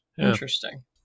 Interesting